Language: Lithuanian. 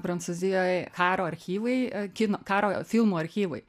prancūzijoj karo archyvai kino karo filmų archyvai